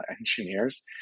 engineers